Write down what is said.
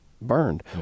burned